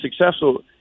successful